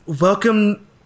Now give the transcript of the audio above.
Welcome